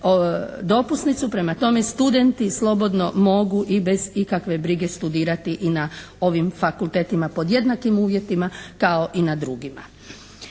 dopusnicu, prema tome studenti slobodno mogu i bez ikakve brige studirati i na ovim fakultetima pod jednakim uvjetima kao i na drugima.